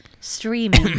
streaming